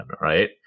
right